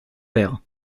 pair